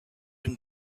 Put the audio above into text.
and